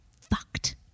fucked